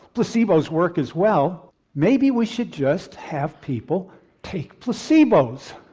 placebos work as well maybe we should just have people take placebos.